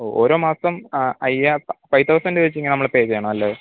ഓ ഓരോ മാസം അ ഫൈവ് തൗസന്റ് വച്ച് ഇങ്ങനെ നമ്മൾ പേ ചെയ്യണം അല്ലേ